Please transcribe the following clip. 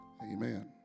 Amen